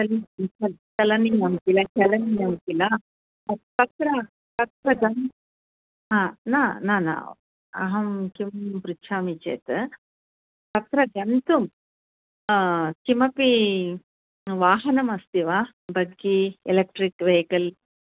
गन्तुं चलनीयं किल चलनीयं किल तत्र तत्र गन् हा न न न अहं किं पृच्छामि चेत् तत्र गन्तुं किमपि वाहनमस्ति वा बग्गी एलेक्ट्रिक् वेहिकल्